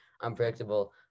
unpredictable